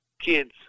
kids